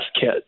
kit